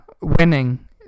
winning